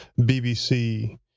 BBC